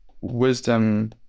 wisdom